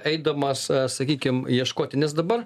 eidamas sakykim ieškoti nes dabar